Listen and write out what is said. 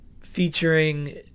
featuring